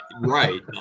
Right